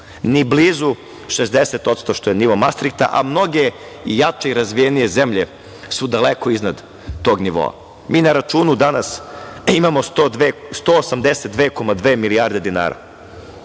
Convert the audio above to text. ni blizu 60% što je nivo Mastrihta, a mnoge jače i razvijenije zemlje su daleko iznad tog nivoa. Mi na računu danas imamo 182,2 milijarde dinara.